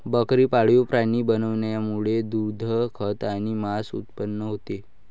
बकरी पाळीव प्राणी बनवण्यामुळे दूध, खत आणि मांस उत्पन्न होते